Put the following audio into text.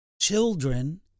Children